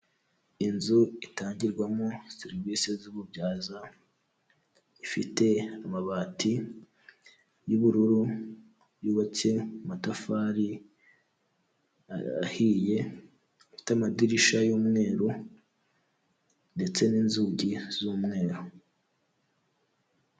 Inzu itangirwamo serivise z'ububyaza, ifite amabati y'ubururu, yubatse amatafari ahiye, ifite amadirishya y'umweru ndetse n'inzugi z'umweru.